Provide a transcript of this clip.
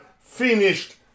finished